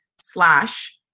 slash